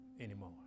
anymore